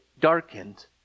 darkened